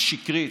השקרית,